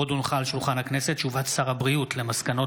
הודעת שר הבריאות על מסקנות